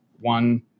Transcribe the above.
one